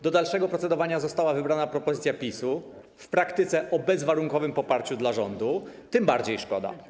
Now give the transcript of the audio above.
Do dalszego procedowania została wybrana propozycja PiS-u, w praktyce o bezwarunkowym poparciu dla rządu - tym bardziej szkoda.